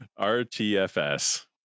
rtfs